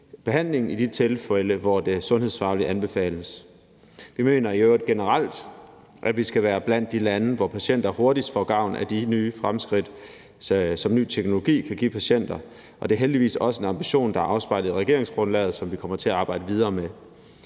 behandlingen i de tilfælde, hvor det sundhedsfagligt anbefales. Vi mener i øvrigt generelt, at vi skal være blandt de lande, hvor patienter hurtigst får gavn af de nye fremskridt, som ny teknologi kan give patienter, og det er heldigvis også en ambition, der er afspejlet i regeringsgrundlaget, som vi kommer til at arbejde videre med.